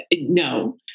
No